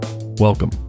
Welcome